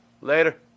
Later